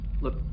Look